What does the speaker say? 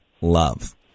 love